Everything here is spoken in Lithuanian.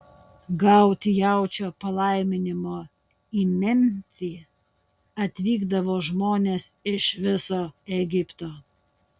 gauti jaučio palaiminimo į memfį atvykdavo žmonės iš viso egipto